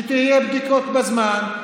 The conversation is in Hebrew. שיהיו בדיקות בזמן,